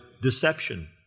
deception